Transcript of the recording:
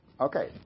Okay